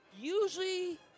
usually